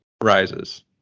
rises